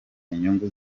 inyungu